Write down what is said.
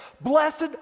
Blessed